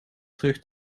terug